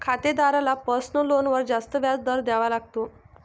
खातेदाराला पर्सनल लोनवर जास्त व्याज दर द्यावा लागतो